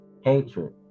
Hatred